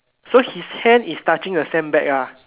so his hand is touching the sandbag ah